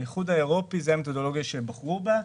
באיחוד האירופי זו המתודולוגיה שבחרו בה.